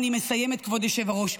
מסיימת, כבוד היושב-ראש.